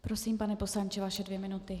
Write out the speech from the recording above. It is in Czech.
Prosím, pane poslanče, vaše dvě minuty.